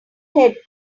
ahead